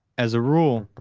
as a rule,